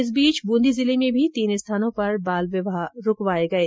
इस बीच बूंदी जिले में भी तीन स्थानों पर बाल विवाह रूकवाये गये